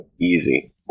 Easy